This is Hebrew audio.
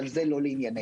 אבל זה לא לענייננו.